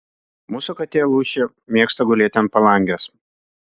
mūsų katė lūšė mėgsta gulėti ant palangės